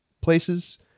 places